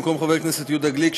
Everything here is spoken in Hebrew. במקום חבר הכנסת יהודה גליק,